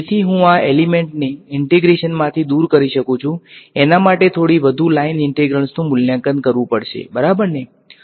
તેથી હું આ એલીમેંટને ઈંટેગ્રેશન માંથી દૂર કરી શકું છું એના માટે થોડી વધુ લાઇન ઇન્ટિગ્રલ્સનું મૂલ્યાંકન કરવું પડશે બરાબરને